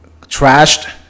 trashed